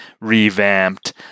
revamped